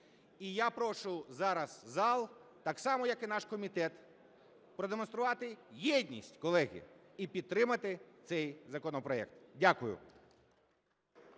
І я прошу зараз зал так само, як і наш комітет, продемонструвати єдність, колеги, і підтримати цей законопроект. Дякую.